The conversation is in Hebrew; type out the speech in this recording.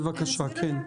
בבקשה, כן.